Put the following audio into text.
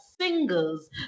singles